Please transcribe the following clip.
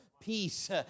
peace